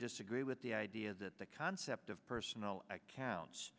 disagree with the idea that the concept of personal accounts